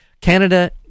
Canada